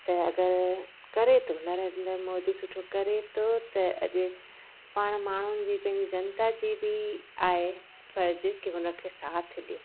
त अगरि करे थो नरेंद्र मोदी सुठो करे थो त अॼु पाण माण्हुनि जी पंहिंजी जनता जी बि आहे फ़र्ज़ु की हुन खे साथ ॾियो